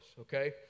okay